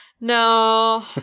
no